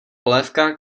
polévka